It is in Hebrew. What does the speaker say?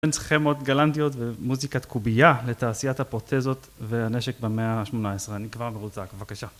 אין צריכים עוד גלנדיות ומוזיקת קובייה לתעשיית הפרוטזיות והנשק במאה ה-18, אני כבר מרוצק, בבקשה.